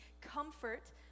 comfort